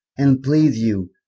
and please you,